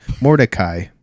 Mordecai